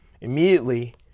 Immediately